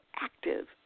active